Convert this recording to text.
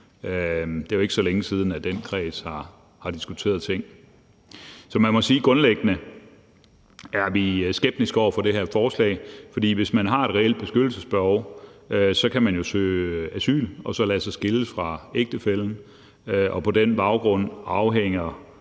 Det er jo ikke så længe siden, den kreds har diskuteret ting. Så man må sige, at grundlæggende er vi skeptiske over for det her forslag, for hvis man har et reelt beskyttelsesbehov, kan man jo søge asyl og så lade sig skille fra ægtefællen, og på den baggrund afhænger